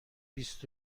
بیست